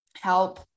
help